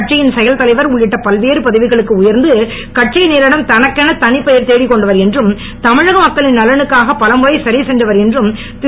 கட்சியின் செயல்தலைவர் உள்ளிட்ட பல்வேறு பதவிகளுக்கு உயர்ந்து கட்சியினரிடம் தனக்கென தனிப்பெயர் தேடிக் கொண்டவர் என்றும் தமிழக மக்களின் நலனுக்காக பலமுறை சிறை சென்றவர் என்றும் திரு